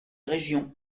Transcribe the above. régions